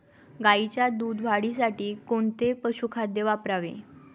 गाईच्या दूध वाढीसाठी कोणते पशुखाद्य वापरावे?